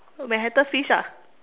Manhattan fish ah